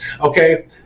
okay